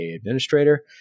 Administrator